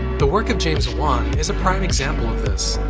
the work of james wan is a prime example of this.